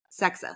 sexist